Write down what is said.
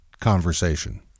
conversation